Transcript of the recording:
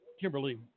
Kimberly